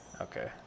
Okay